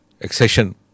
accession